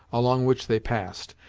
along which they passed,